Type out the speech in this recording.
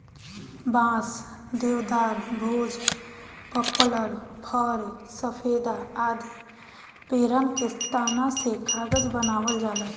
बांस, देवदार, भोज, पपलर, फ़र, सफेदा आदि पेड़न के तना से कागज बनावल जाला